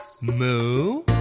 Moo